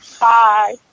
Bye